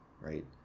right